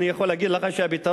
אני יכול להגיד לך שהפתרון,